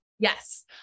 Yes